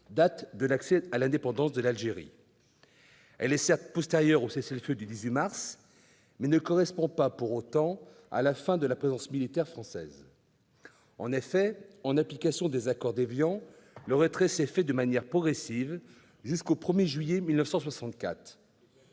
date de l'accès à l'indépendance de l'Algérie. Cette date est certes postérieure au cessez-le-feu du 18 mars, mais elle ne correspond pas pour autant à la fin de la présence militaire française sur ce territoire. En effet, en application des accords d'Évian, le retrait s'est fait de manière progressive jusqu'au 1 juillet 1964.